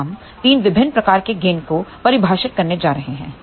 अब हम 3 विभिन्न प्रकार के गेन को परिभाषित करने जा रहे हैं